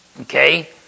Okay